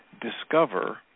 discover